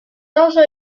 also